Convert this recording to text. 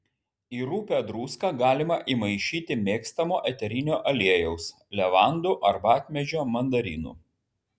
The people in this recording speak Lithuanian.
į rupią druską galima įmaišyti mėgstamo eterinio aliejaus levandų arbatmedžio mandarinų